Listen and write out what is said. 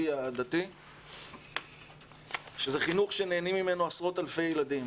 דתי שזה חינוך שנהנים ממנו עשרות אלפי ילדים.